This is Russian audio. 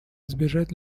избежать